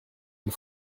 une